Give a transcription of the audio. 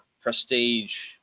prestige